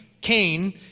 Cain